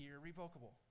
irrevocable